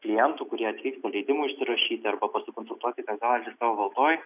klientų kurie atvyksta leidimų išsirašyti arba pasikonsultuokite dalį savo valdoje